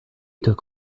took